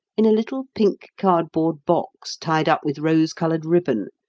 in a little pink cardboard box, tied up with rose-coloured ribbon,